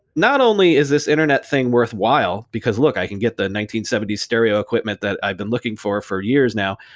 not only is this internet thing worthwhile, because look, i can get the nineteen seventy s stereo equipment that i've been looking for for years now,